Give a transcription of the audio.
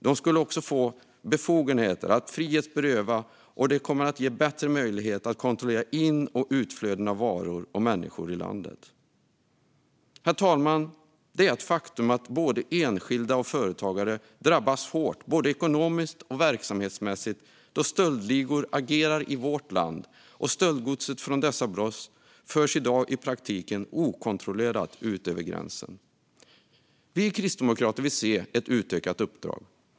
Den borde också få befogenheter att frihetsberöva. Det kommer att ge bättre möjlighet att kontrollera in och utflöden av varor och människor i landet. Herr talman! Det är ett faktum att både enskilda och företagare drabbas hårt både ekonomiskt och verksamhetsmässigt då stöldligor agerar i vårt land, och stöldgodset från dessa brott förs i dag i praktiken okontrollerat ut över gränsen. Vi kristdemokrater vill se ett utökat uppdrag.